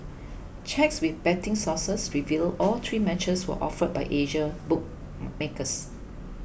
checks with betting sources revealed all three matches were offered by Asian bookmakers